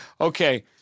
Okay